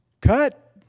cut